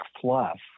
fluff